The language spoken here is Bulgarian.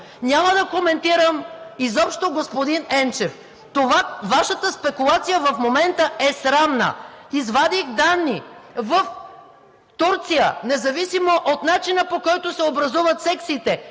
Няма да коментирам изобщо господин Енчев. Вашата спекулация в момента е срамна. Извадих данни – в Турция, независимо от начина по който се образуват секциите